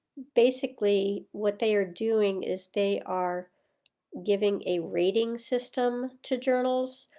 basically what they are doing is they are giving a rating system to journals,